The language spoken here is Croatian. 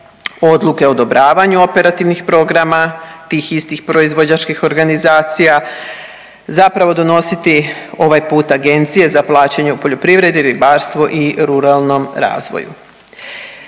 odluke o odobravanju operativnih programa tih istih proizvođačkih organizacija zapravo donositi ovaj puta Agencije za plaćanje u poljoprivredi, ribarstvu i ruralnom razvoju.